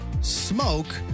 smoke